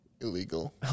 Illegal